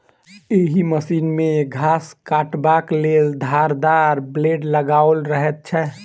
एहि मशीन मे घास काटबाक लेल धारदार ब्लेड लगाओल रहैत छै